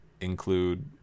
include